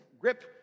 grip